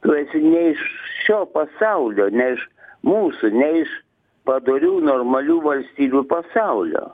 tu esi ne iš šio pasaulio ne iš mūsų ne iš padorių normalių valstybių pasaulio